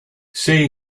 say